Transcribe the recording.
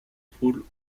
full